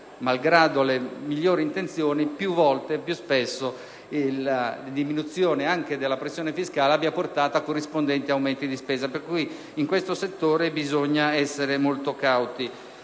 malgrado le migliori intenzioni, spesso la diminuzione della pressione fiscale ha portato a corrispondenti aumenti di spesa. Per tale ragione in questo settore bisogna essere molto cauti.